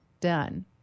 done